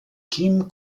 kim